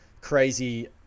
crazy